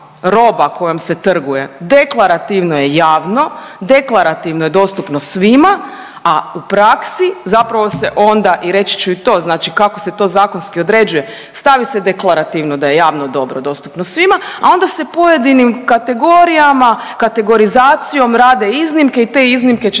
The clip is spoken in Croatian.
roba kojom se trguje deklarativno je javno, deklarativno je dostupno svima, a u praksi zapravo se onda i reći ću i to, znači kako se to zakonski određuje, stavi se deklarativno da je javno dobro dostupno svima, a onda se pojedinim kategorijama, kategorizacijom rade iznimke i te iznimke će